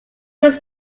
was